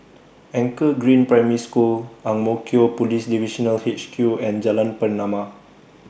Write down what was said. Anchor Green Primary School Ang Mo Kio Police Divisional H Q and Jalan Pernama